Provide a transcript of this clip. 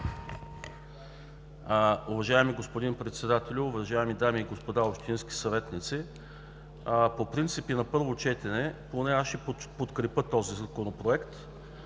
Уважаеми господин Председател, уважаеми дами и господа общински съветници! На първо четене по принцип поне аз ще подкрепя този законопроект,